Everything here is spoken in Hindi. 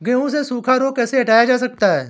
गेहूँ से सूखा रोग कैसे हटाया जा सकता है?